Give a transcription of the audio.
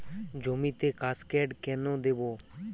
জমিতে কাসকেড কেন দেবো?